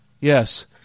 Yes